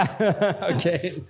Okay